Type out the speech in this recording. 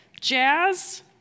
Jazz